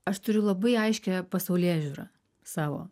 aš turiu labai aiškią pasaulėžiūrą savo